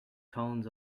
tones